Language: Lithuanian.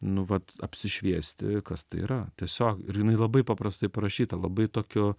nu vat apsišviesti kas tai yra tiesiog ir jinai labai paprastai parašyta labai tokiu